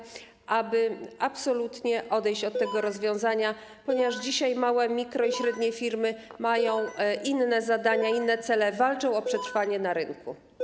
Intencją jest to, aby absolutnie odejść od tego rozwiązania, ponieważ dzisiaj małe, mikro- i średnie firmy mają inne zadania, inne cele - walczą o przetrwanie na rynku.